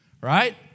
Right